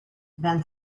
been